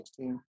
16